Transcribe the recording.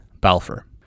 Balfour